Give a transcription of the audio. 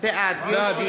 בעד כן,